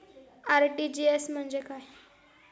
RTGS म्हणजे काय?